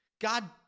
God